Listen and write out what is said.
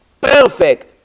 perfect